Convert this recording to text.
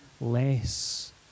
less